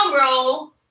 roll